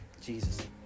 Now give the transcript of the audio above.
Jesus